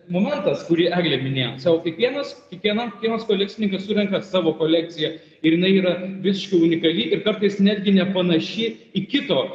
momentas kurį eglė minėjo sako kiekvienas kiekvienam kiekvienas kolekcininkas surenka savo kolekciją ir jinai yra visiškai unikali ir kartais netgi nepanaši į kito